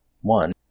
one